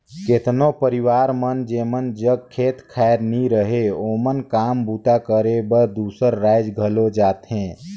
केतनो परिवार मन जेमन जग खेत खाएर नी रहें ओमन काम बूता करे बर दूसर राएज घलो जाथें